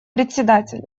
председатель